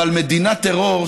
אבל מדינת טרור,